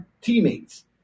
teammates